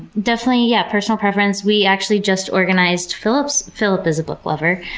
definitely yeah personal preference. we actually just organized filip's filip is a book lover,